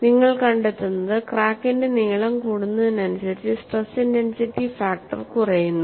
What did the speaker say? അതിനാൽ നിങ്ങൾ കണ്ടെത്തുന്നത് ക്രാക്കിന്റെ നീളം കൂടുന്നതിനനുസരിച്ച് സ്ട്രെസ് ഇന്റെൻസിറ്റി ഫാക്ടർ കുറയുന്നു